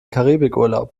karibikurlaub